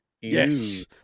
Yes